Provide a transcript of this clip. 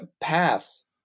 Pass